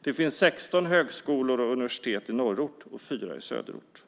Det finns 16 högskolor och universitet i norrort och fyra i söderort.